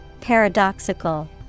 Paradoxical